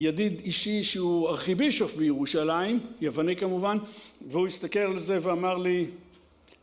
ידיד אישי שהוא ארכיבישוף בירושלים יווני כמובן והוא הסתכל על זה ואמר לי